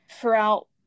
throughout